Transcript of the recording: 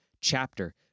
chapter